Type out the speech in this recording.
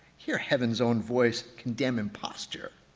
hear heaven's own voice condemn imposture.